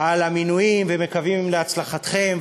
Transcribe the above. על המינויים ומקווים להצלחתם.